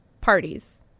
parties